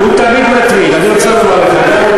הוא תמיד, למה